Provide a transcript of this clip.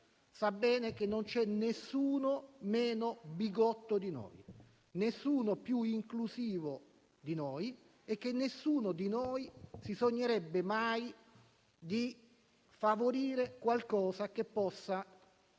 sa bene che non c'è nessuno meno bigotto di noi, nessuno più inclusivo di noi e che nessuno di noi si sognerebbe mai di favorire qualcosa che possa